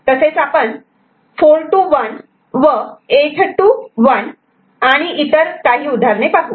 तसेच आपण 4 to 1 व 8 to 1 आणि इतर उदाहरणे पाहू